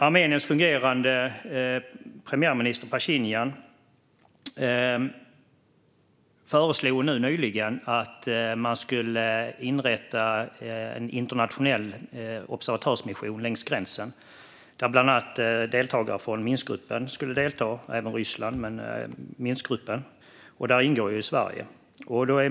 Armeniens fungerande premiärminister Pasjinjan föreslog nyligen att man skulle inrätta en internationell observatörsmission längs gränsen med bland annat deltagare från Minskgruppen. Även Ryssland skulle delta. Sverige ingår ju i Minskgruppen.